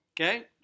okay